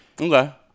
Okay